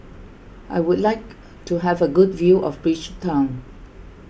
I would like to have a good view of Bridgetown